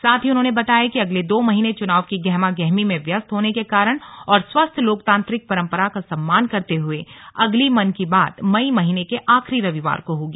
साथ ही उन्होंने बताया कि अगले दो महीने चुनाव की गहमा गहमी में व्यस्त होने के कारण और स्वस्थ लोकतांत्रिक परंपरा का सम्मान करते हुए अगली मन की बात मई महीने के आखिरी रविवार को होगी